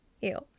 Ew